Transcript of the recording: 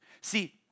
See